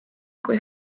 kui